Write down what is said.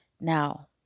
Now